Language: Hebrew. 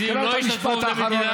אם הייתי נותן לו זמן,